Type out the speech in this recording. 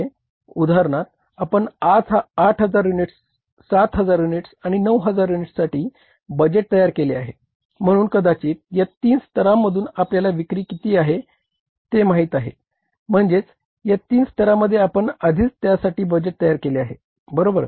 उदाहरणार्थ आपण 8000 units 7000 units आणि 9000 युनिट्ससाठी बजेट तयार केले आहे म्हणून कदाचीत या तीन स्तरांमधून आपल्याला विक्री किती आहे ते माहित आहे म्हणजेच या तीन स्तरांमध्ये आपण आधीच त्यासाठी बजेट तयार केले आहे बरोबर